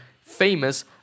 famous